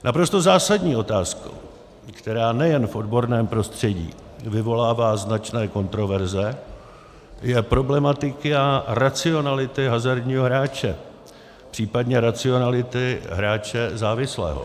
Naprosto zásadní otázkou, která nejen v odborném prostředí vyvolává značné kontroverze, je problematika racionality hazardního hráče, případně racionality hráče závislého.